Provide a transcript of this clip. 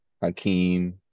Hakeem